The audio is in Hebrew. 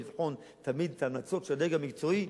לבחון תמיד את ההמלצות של הדרג המקצועי,